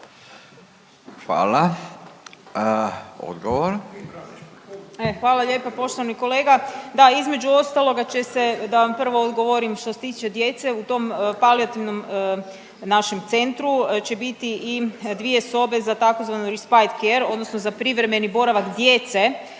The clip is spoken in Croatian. Andreja (SDP)** Hvala lijepa poštovani kolega. Da, između ostaloga će se da vam prvo odgovorim što se tiče djece u tom palijativnom našem centru će biti i dvije sobe za tzv. … care odnosno za privremeni boravak djece